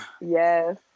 Yes